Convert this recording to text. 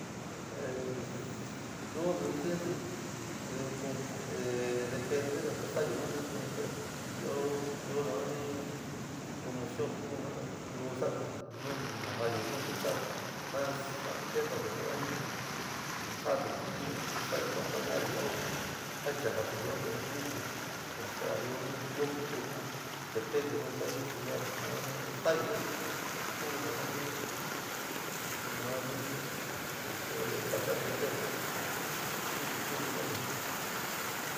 Ee, yoo ti in tí´ítí io cof depende nasa sta´ayo notí suni te io, io na nani emocionante luu sa´ati ño ñasa yo noti sat ñasa, kasoti te ñimi ñi jata, sooti ño aca ño por yoo xii jenchatate yo te ñintite ñasa yo sat ñi pero ño ñoo lusu ño ñiti jaa depende nu sa´ayo señal te staayo nuti te kuu na nii, te sa´ate aprender kuutí kítí jena´atí.